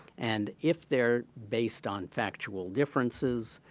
and if they're based on factual differences,